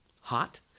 hot